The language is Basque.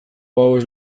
gauez